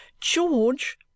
George